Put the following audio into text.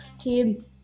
team